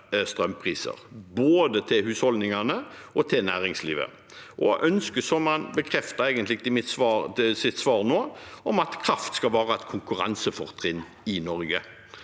både til husholdningene og til næringslivet, og man ønsker, som han bekreftet i sitt svar nå, at kraft skal være et konkurransefortrinn i Norge.